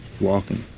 Walking